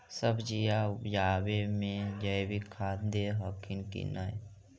सब्जिया उपजाबे मे जैवीक खाद दे हखिन की नैय?